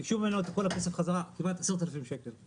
ביקשו ממנו את כל הכסף חזרה, כמעט 10,000 שקל.